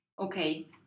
Okay